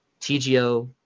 TGO